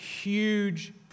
huge